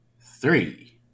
three